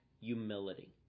humility